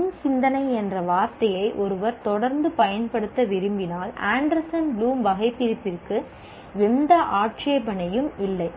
நுண் சிந்தனை என்ற வார்த்தையை ஒருவர் தொடர்ந்து பயன்படுத்த விரும்பினால் ஆண்டர்சன் ப்ளூம் வகைபிரிப்பிற்கு எந்த ஆட்சேபனையும் இல்லை